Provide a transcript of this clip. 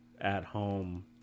at-home